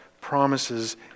promises